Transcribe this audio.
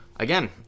Again